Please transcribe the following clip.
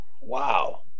Wow